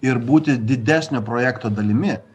ir būti didesnio projekto dalimi